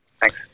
Thanks